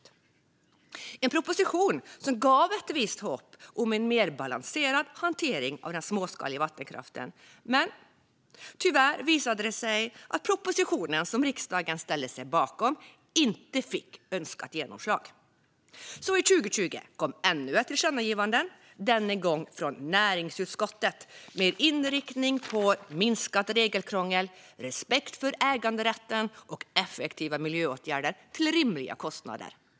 Det var en proposition som gav ett visst hopp om en mer balanserad hantering av den småskaliga vattenkraften, men tyvärr visade det sig att propositionen, som riksdagen ställde sig bakom, inte fick önskat genomslag. Så 2020 kom ännu ett tillkännagivande, denna gång från näringsutskottet, med inriktning mot minskat regelkrångel, respekt för äganderätten och effektiva miljöåtgärder till rimliga kostnader.